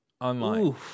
online